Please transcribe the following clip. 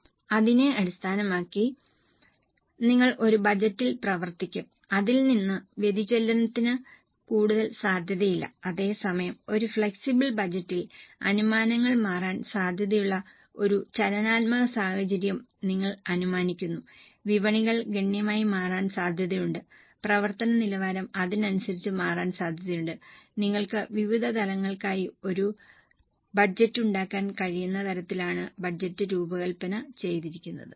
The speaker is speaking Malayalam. അതിനെ അടിസ്ഥാനമാക്കി നിങ്ങൾ ഒരു ബജറ്റിൽ പ്രവർത്തിക്കും അതിൽ നിന്ന് വ്യതിചലനത്തിന് കൂടുതൽ സാധ്യതയില്ല അതേസമയം ഒരു ഫ്ലെക്സിബിൾ ബജറ്റിൽ അനുമാനങ്ങൾ മാറാൻ സാധ്യതയുള്ള ഒരു ചലനാത്മക സാഹചര്യം നിങ്ങൾ അനുമാനിക്കുന്നു വിപണികൾ ഗണ്യമായി മാറാൻ സാധ്യതയുണ്ട് പ്രവർത്തന നിലവാരം അതിനനുസരിച്ച് മാറാൻ സാധ്യതയുണ്ട് നിങ്ങൾക്ക് വിവിധ തലങ്ങൾക്കായി ഒരു ബഡ്ജറ്റ് ഉണ്ടാക്കാൻ കഴിയുന്ന തരത്തിലാണ് ബജറ്റ് രൂപകൽപ്പന ചെയ്തിരിക്കുന്നത്